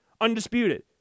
Undisputed